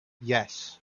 yes